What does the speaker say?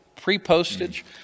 pre-postage